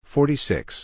Forty-six